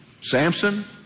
Samson